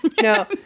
No